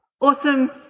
Awesome